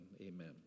amen